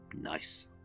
Nice